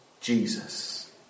Jesus